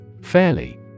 Fairly